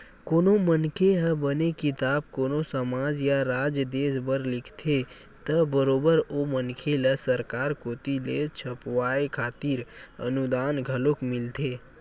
कोनो मनखे ह बने किताब कोनो समाज या राज देस बर लिखथे त बरोबर ओ मनखे ल सरकार कोती ले छपवाय खातिर अनुदान घलोक मिलथे